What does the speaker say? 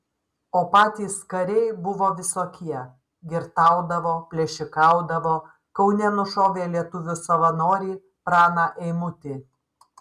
o patys kariai buvo visokie girtaudavo plėšikaudavo kaune nušovė lietuvių savanorį praną eimutį